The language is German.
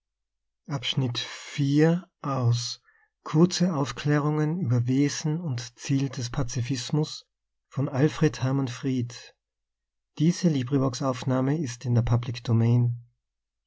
kurze aufklärungen über wesen und ziel des pazifismus von dr h c alfred h fried